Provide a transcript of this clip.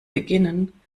beginnen